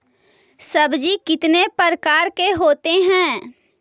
सब्जी कितने प्रकार के होते है?